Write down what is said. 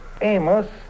Amos